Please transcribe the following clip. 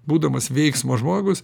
būdamas veiksmo žmogus